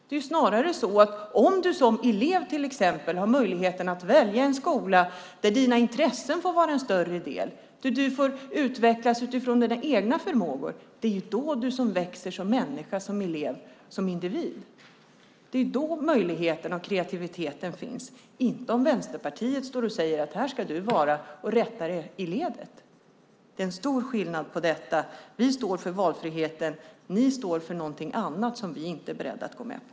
Det är snarare så att när du som elev har möjlighet att välja en skola som tillvaratar dina intressen och där du får utvecklas utifrån dina egna förmågor växer du som elev, människa och individ. Det är då möjligheten och kreativiteten finns till skillnad från om Vänsterpartiet säger: Här ska du vara. Rätta in dig i ledet! Det är en stor skillnad på detta. Vi står för valfriheten. Ni står för någonting annat som vi inte är beredda att gå med på.